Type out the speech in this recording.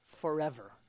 forever